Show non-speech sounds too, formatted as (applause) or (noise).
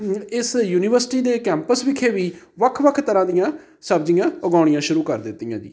(unintelligible) ਇਸ ਯੂਨੀਵਰਸਿਟੀ ਦੇ ਕੈਂਪਸ ਵਿਖੇ ਵੀ ਵੱਖ ਵੱਖ ਤਰ੍ਹਾਂ ਦੀਆਂ ਸਬਜ਼ੀਆਂ ਉਗਾਉਣੀਆਂ ਸ਼ੁਰੂ ਕਰ ਦਿੱਤੀਆਂ ਜੀ